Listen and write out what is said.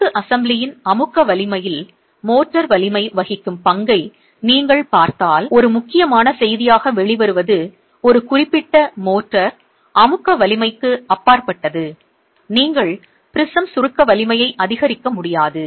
கொத்து அசெம்பிளியின் அமுக்க வலிமையில் மோர்டார் வலிமை வகிக்கும் பங்கை நீங்கள் பார்த்தால் ஒரு முக்கியமான செய்தியாக வெளிவருவது ஒரு குறிப்பிட்ட மோர்டார் அமுக்க வலிமைக்கு அப்பாற்பட்டது நீங்கள் ப்ரிஸம் சுருக்க வலிமையை அதிகரிக்க முடியாது